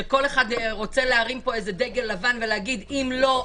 שכל אחד רוצה להרים פה איזה דגל לבן ולהגיד: אם לא,